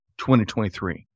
2023